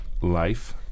life